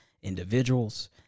individuals